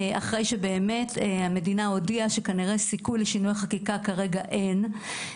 אחרי שהמדינה הודיעה שכנראה סיכוי לשינוי החקיקה כרגע אין,